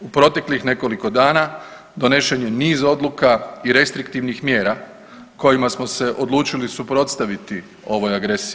U proteklih nekoliko dana donesen je niz odluka i restriktivnih mjera kojima smo se odlučili suprotstaviti ovoj agresiji.